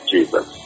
Jesus